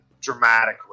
dramatically